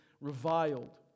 reviled